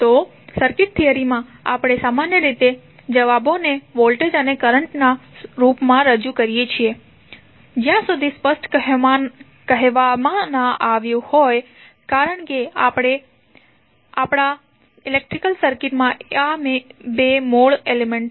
તો circuit theory માં આપણે સામાન્ય રીતે જવાબોને વોલ્ટેજ અને કરંટના રૂપમાં રજૂ કરીએ છીએ જ્યાં સુધી સ્પષ્ટ કહેવામાં ના આવ્યું હોય કારણ કે આપણા ઇલેક્ટ્રિક સર્કિટમાં આ બે મૂળ એલિમેન્ટ છે